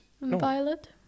Violet